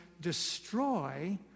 destroy